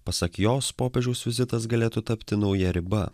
pasak jos popiežiaus vizitas galėtų tapti nauja riba